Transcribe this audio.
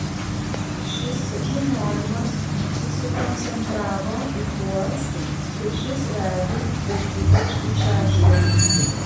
šis žinojimas susikoncentravo į tuos šešis veidus bet ypač į šeštąjį